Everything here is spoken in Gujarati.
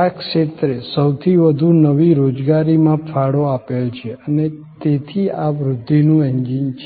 આ ક્ષેત્રે સૌથી વધુ નવી રોજગારીમાં ફાળો આપેલ છે અને તેથી આ વૃદ્ધિનું એન્જિન છે